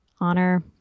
honor